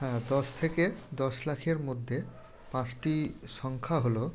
হ্যাঁ দশ থেকে দশ লাখের মধ্যে পাঁচটি সংখ্যা হলো